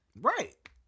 Right